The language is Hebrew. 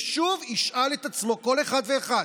ושוב, ישאל את עצמו כל אחד ואחד,